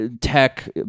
tech